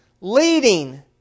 leading